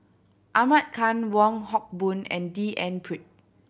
Ahmad Khan Wong Hock Boon and D N Pritt